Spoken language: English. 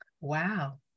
Wow